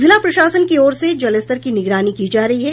जिला प्रशासन की ओर से जलस्तर की निगरानी की जा रही है